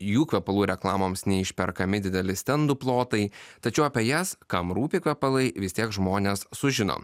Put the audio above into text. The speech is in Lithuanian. jų kvepalų reklamoms neišperkami dideli stendų plotai tačiau apie jas kam rūpi kvepalai vis tiek žmonės sužino